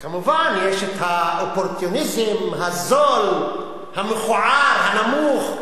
כמובן, יש האופורטוניזם הזול, המכוער, הנמוך,